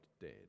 dead